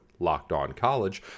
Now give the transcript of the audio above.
lockedoncollege